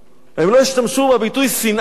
הם לא השתמשו בביטוי "שנאה",